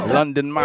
London